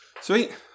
Sweet